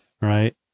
right